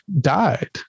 died